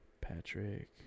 Patrick